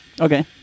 Okay